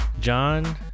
john